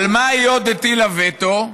על מה עוד היא הטילה וטו?